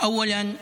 דבר ראשון,